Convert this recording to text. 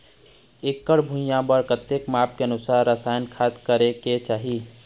एकड़ भुइयां बार कतेक माप के अनुसार रसायन खाद करें के चाही?